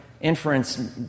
inference